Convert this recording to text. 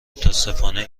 متاسفانه